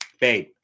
babe